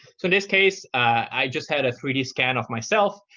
so in this case, i just had a three d scan of myself,